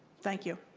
thank you.